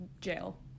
jail